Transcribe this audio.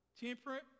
temperate